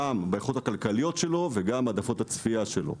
גם על פי היכולות הכלכליות שלו וגם על פי העדפות הצפייה שלו.